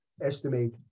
estimate